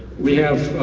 we have,